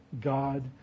God